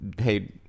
Hey